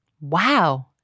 Wow